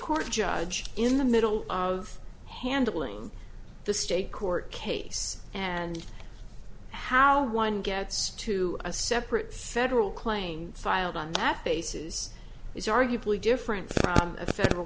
court judge in the middle of handling the state court case and how one gets to a separate federal claim filed on that basis is arguably different from a federal